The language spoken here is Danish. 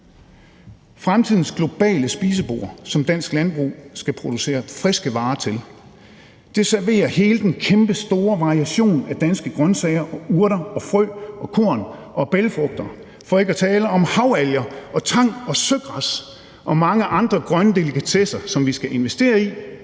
Fremtidens globale spisebord, som dansk landbrug skal producere friske varer til, serverer hele den kæmpestore variation af danske grønsager, urter, frø, korn og bælgfrugter for ikke at tale om havalger, tang, søgræs og mange andre grønne delikatesser, som vi skal investere i,